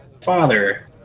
Father